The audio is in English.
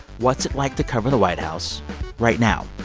what's it like to cover the white house right now?